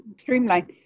streamline